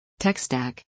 TechStack